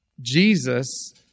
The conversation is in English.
Jesus